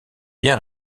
bien